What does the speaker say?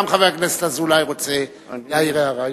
גם חבר הכנסת אזולאי רוצה להעיר הערה.